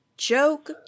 Joke